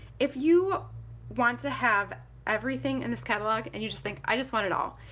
if you want to have everything in this catalog and you just think i just want it all!